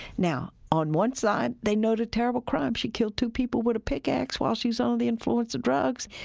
now on one side, they know the terrible crime. she killed two people with a pick ax while she was under the influence of drugs.